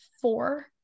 four